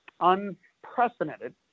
Unprecedented